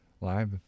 live